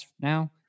now